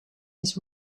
his